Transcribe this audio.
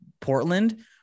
Portland